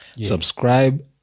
Subscribe